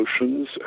emotions